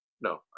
no